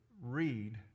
read